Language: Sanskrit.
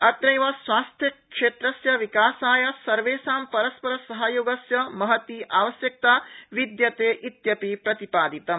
अत्रैव स्वास्थ्य क्षेत्रस्य विकासाय सर्वेषां परस्परसहयोगस्य महती आवश्यकता विद्यते इति प्रतिपादितम्